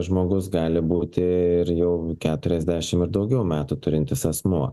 žmogus gali būti ir jau keturiasdešimt ir daugiau metų turintis asmuo